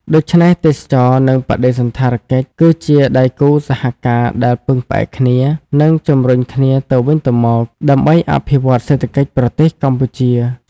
ដូច្នេះ ទេសចរណ៍ និងបដិសណ្ឋារកិច្ចគឺជាដៃគូសហការដែលពឹងផ្អែកគ្នា និងជម្រុញគ្នាទៅវិញទៅមក ដើម្បីអភិវឌ្ឍសេដ្ឋកិច្ចប្រទេសកម្ពុជា។